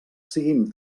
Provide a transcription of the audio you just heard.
siguin